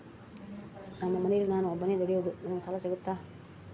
ನಮ್ಮ ಮನೆಯಲ್ಲಿ ನಾನು ಒಬ್ಬನೇ ದುಡಿಯೋದು ನನಗೆ ಸಾಲ ಸಿಗುತ್ತಾ?